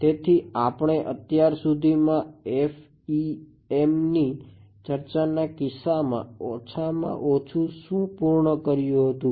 તેથી આપણે અત્યાર સુધીમાં FEMની ચર્ચાના કિસ્સામાં ઓછામાં ઓછું શું પૂર્ણ કર્યું હતું